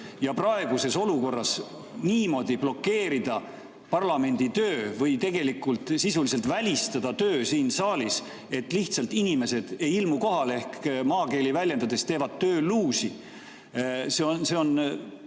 ja praeguses olukorras niimoodi blokeerida parlamendi tööd või tegelikult sisuliselt välistada töö siin saalis, sest inimesed lihtsalt ei ilmu kohale ehk maakeeli väljendudes teevad tööluusi, see on